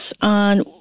on